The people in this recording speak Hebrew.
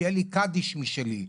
שיהיה לי קדיש משלי,